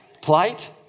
Plight